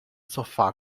sofá